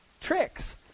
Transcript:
tricks